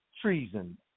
treason